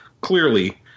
clearly